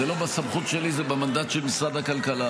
זה לא בסמכות שלי, זה במנדט של משרד הכלכלה.